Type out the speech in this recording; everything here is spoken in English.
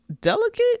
delicate